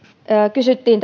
kysyttiin